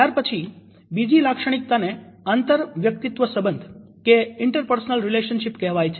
ત્યારે પછી બીજી લાક્ષણીકતાને આંતરવ્યક્તિત્વ સબંધ કહેવાય છે